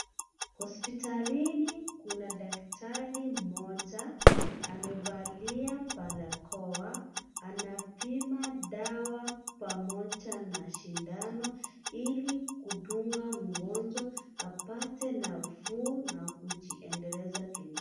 Hospitalini kuna daktari mmoja. Amevalia barakoa, anapima dawa pamoja na sindano, ili kudunga mgonjwa apate nafuu na kujiendeleza.